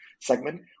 segment